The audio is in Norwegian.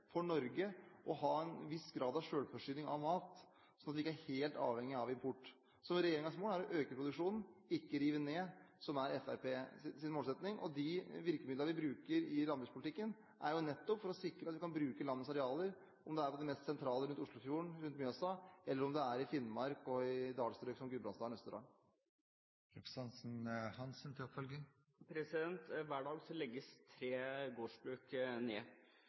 for Norge å ha en viss grad av selvforsyning av mat sånn at vi ikke er helt avhengige av import. Så regjeringens mål er å øke produksjonen – ikke rive ned, som er Fremskrittspartiets målsetting. De virkemidlene vi bruker i landbrukspolitikken, er nettopp for å sikre at vi kan bruke landets arealer – om det er i de mest sentrale strøk rundt Oslofjorden, Mjøsa, i Finnmark, eller i dalstrøk som Gudbrandsdalen og Østerdalen. Hver dag legges tre gårdsbruk ned.